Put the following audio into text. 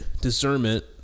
discernment